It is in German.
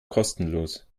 kostenlos